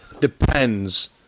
Depends